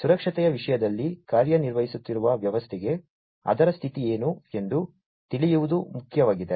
ಸುರಕ್ಷತೆಯ ವಿಷಯದಲ್ಲಿ ಕಾರ್ಯನಿರ್ವಹಿಸುತ್ತಿರುವ ವ್ಯವಸ್ಥೆಗೆ ಅದರ ಸ್ಥಿತಿ ಏನು ಎಂದು ತಿಳಿಯುವುದು ಮುಖ್ಯವಾಗಿದೆ